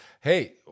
Hey